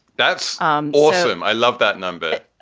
that's um awesome. i love that number.